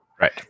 Right